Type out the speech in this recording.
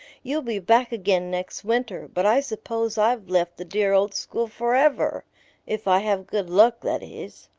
you'll be back again next winter, but i suppose i've left the dear old school forever if i have good luck, that is.